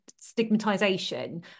stigmatization